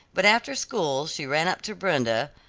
but after school she ran up to brenda,